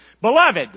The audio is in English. Beloved